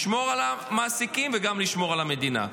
לשמור על המעסיקים וגם לשמור על המדינה.